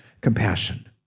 compassion